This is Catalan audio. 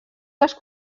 les